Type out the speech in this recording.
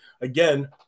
again